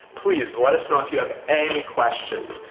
please let us know if you have any questions,